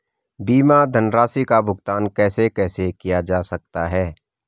बीमा धनराशि का भुगतान कैसे कैसे किया जा सकता है?